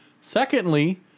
Secondly